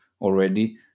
already